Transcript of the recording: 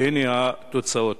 והנה התוצאות.